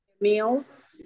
Meals